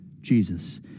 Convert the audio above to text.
Jesus